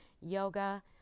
yoga